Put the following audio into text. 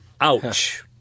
Ouch